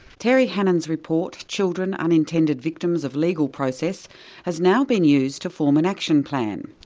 terry hannon's report children unintended victims of legal process has now been used to form an action plan.